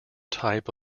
type